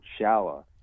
shower